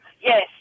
Yes